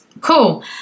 cool